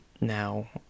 now